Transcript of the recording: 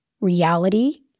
reality